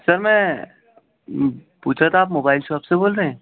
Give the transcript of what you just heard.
سر میں پوچھ رہا تھا آپ موبائل شاپ سے بول رہے ہیں